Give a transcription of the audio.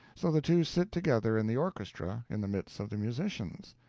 so the two sit together in the orchestra, in the midst of the musicians.